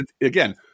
again